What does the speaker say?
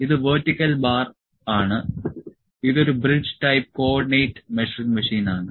ഇത് vertical bar ആണ് ഇതൊരു bridge type coordinate measuring machine ആണ്